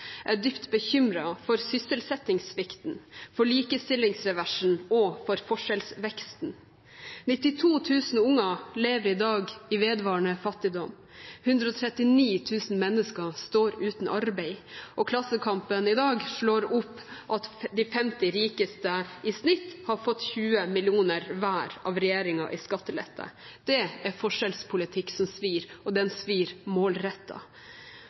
jeg dypt bekymret – dypt bekymret for sysselsettingssvikten, likestillingsreversen og forskjellsveksten. 92 000 barn lever i dag i vedvarende fattigdom, 139 000 mennesker står uten arbeid, og Klassekampen slår i dag opp at de 50 rikeste i gjennomsnitt har fått 20 mill. kr hver i skattelette av regjeringen. Det er forskjellspolitikk som svir, og den svir